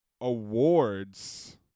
awards